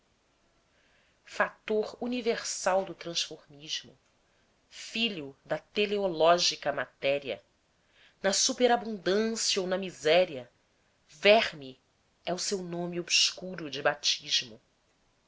fator universal do transformismo filho da teleológica matéria na superabundância ou na miséria verme é o seu nome obscuro de batismo